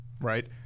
right